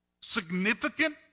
significant